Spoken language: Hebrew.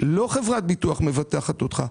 לא חברת ביטוח מבטחת אותך.